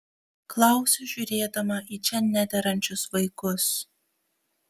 klausiu žiūrėdama į čia nederančius vaikus